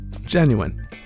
Genuine